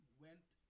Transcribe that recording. went